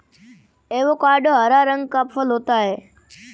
avocado हरा रंग का फल होता है